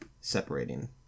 separating